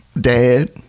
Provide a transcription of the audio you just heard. Dad